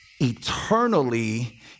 eternally